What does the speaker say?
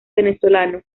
venezolano